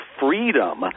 freedom